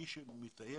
מי שמטייל